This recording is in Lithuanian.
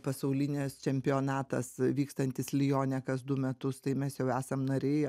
pasaulinis čempionatas vykstantis lione kas du metus tai mes jau esam nariai